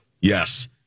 Yes